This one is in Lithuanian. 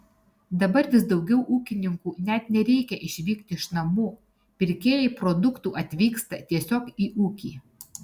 dabar vis daugiau ūkininkų net nereikia išvykti iš namų pirkėjai produktų atvyksta tiesiog į ūkį